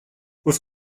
with